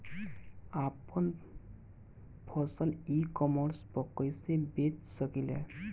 आपन फसल e commerce पर कईसे बेच सकिले?